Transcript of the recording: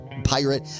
Pirate